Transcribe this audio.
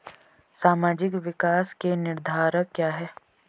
सामाजिक विकास के निर्धारक क्या है?